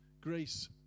grace